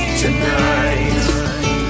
tonight